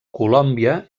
colòmbia